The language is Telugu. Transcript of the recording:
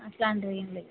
అలాంటిది ఎం లేదు